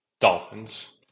Dolphins